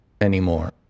anymore